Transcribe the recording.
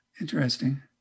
interesting